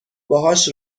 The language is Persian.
باهاش